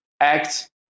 act